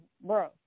bro